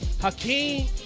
Hakeem